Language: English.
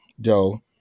dough